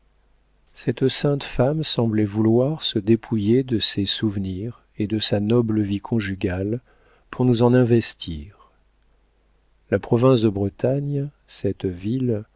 cette sainte femme semblait vouloir se dépouiller de ses souvenirs et de sa noble vie conjugale pour nous en investir la province de bretagne cette ville